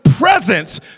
presence